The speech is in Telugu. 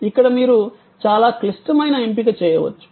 ఇక్కడ మీరు చాలా క్లిష్టమైన ఎంపిక చేయవచ్చు